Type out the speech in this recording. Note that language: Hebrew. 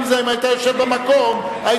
אני